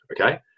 okay